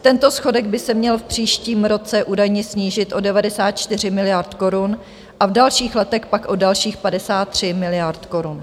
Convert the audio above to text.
Tento schodek by se měl v příštím roce údajně snížit o 94 miliard korun a v dalších letech pak o dalších 53 miliard korun.